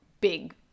big